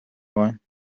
everyone